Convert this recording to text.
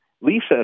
Lisa